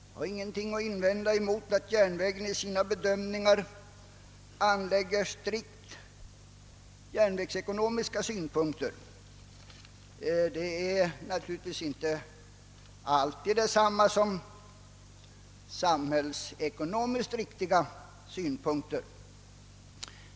Jag har ingenting att invända mot att järnvägen i sina bedömningar anlägger strikt järnvägsekonomiska synpunkter, men detta är naturligtvis inte alltid detsamma som samhällsekonomiskt riktiga synpunkter.